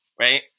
right